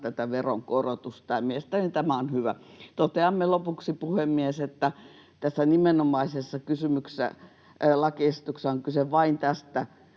tätä veronkorotusta, ja mielestäni tämä on hyvä. Toteamme lopuksi, puhemies, että tässä nimenomaisessa lakiesityksessä on kyse vain tästä.